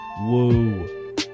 woo